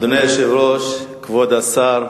אדוני היושב-ראש, כבוד השר,